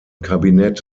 kabinett